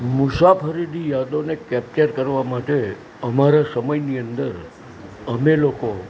મુસાફરીની યાદોને કેપ્ચર કરવા માટે અમારા સમયની અંદર અમે લોકો